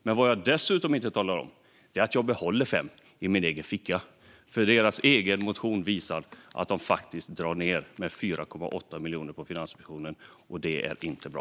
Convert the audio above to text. Men vad jag inte talar om är att jag behåller 5 miljoner i min egen ficka. Moderaternas egen motion visar ju att de faktiskt drar ned med 4,8 miljoner på Finansinspektionen, och det är inte bra.